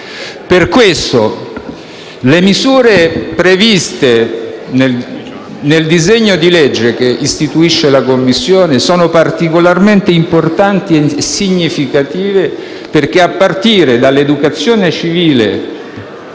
Le misure previste nel disegno di legge che istituisce la Commissione sono particolarmente importanti e significative, perché, a partire dall'educazione civile